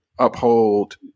uphold